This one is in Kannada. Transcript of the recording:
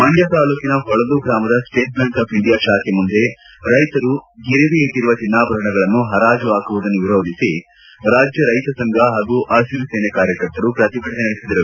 ಮಂಡ್ತ ತಾಲೂಕಿನ ಹೊಳಲು ಗ್ರಾಮದ ಸ್ಟೇಟ್ ಬ್ಯಾಂಕ್ ಅಫ್ ಇಂಡಿಯಾ ಶಾಖೆ ಮುಂದೆ ರೈತರು ಗಿರವಿ ಇಟ್ಟರುವ ಚಿನ್ನಾಭರಣಗಳನ್ನು ಪರಾಜು ಪಾಕುವುದನ್ನು ವಿರೋಧಿಸಿ ರಾಜ್ಯ ರೈತ ಸಂಘ ಹಾಗೂ ಪಸಿರು ಸೇನೆ ಕಾರ್ಕರ್ತರು ಪ್ರತಿಭಟನೆ ನಡೆಸಿದರು